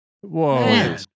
Whoa